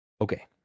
Okay